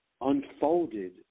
unfolded